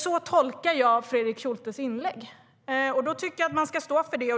Så tolkar jag Fredrik Schultes inlägg, och då tycker jag att man ska stå för det.